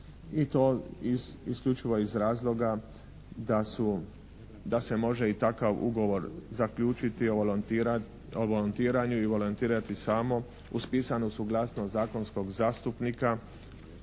i to isključivo iz razloga da se može i takav ugovor zaključiti o volontiranju i volontirati samo uz pisanu suglasnost zakonskog zastupnika,